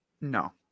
No